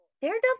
Daredevil